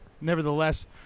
nevertheless